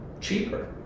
cheaper